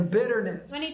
bitterness